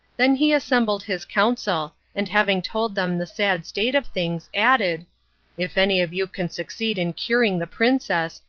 then he assembled his council, and having told them the sad state of things, added if any of you can succeed in curing the princess,